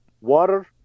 water